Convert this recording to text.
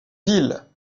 ville